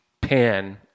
pen